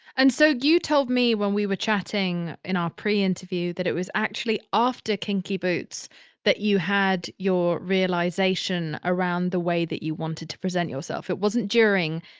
and so you told me when we were chatting in our pre-interview that it was actually after kinky boots that you had your realization around the way that you wanted to present yourself. it wasn't during,